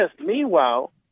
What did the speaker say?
Meanwhile